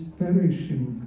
perishing